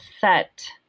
set